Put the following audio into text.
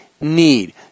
need